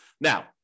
Now